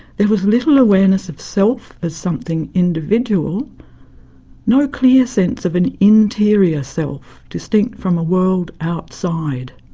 there was little awareness of self as something individual no clear sense of an interior self distinct from a world outside.